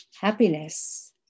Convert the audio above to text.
happiness